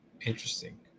Interesting